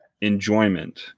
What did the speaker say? enjoyment